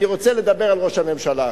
אני רוצה לדבר על ראש הממשלה עכשיו.